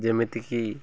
ଯେମିତିକି